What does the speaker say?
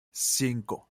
cinco